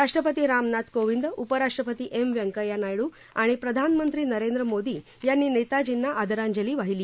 राष्ट्रपती रामनाथ कोविंद उपराष्ट्रपती एम व्यंकय्या नायड् आणि प्रधानमंत्री नरेंद्रमोदी यांनी नेताजींना आदरांजली वाहिली